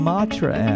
Matra